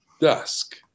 dusk